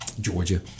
Georgia